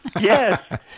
Yes